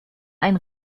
ein